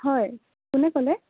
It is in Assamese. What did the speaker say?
হয় কোনে ক'লে